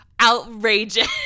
outrageous